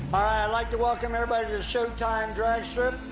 like to welcome and but showtime dragstrip.